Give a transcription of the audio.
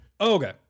Okay